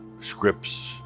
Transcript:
scripts